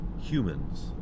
humans